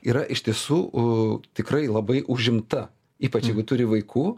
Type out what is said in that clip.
yra iš tiesų tikrai labai užimta ypač jeigu turi vaikų